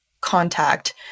contact